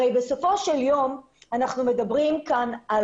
הרי בסופו של יום אנחנו מדברים כאן על